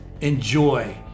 enjoy